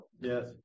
Yes